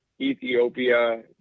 Ethiopia